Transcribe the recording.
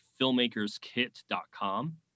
filmmakerskit.com